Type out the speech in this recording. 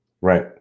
Right